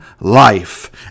life